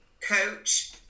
coach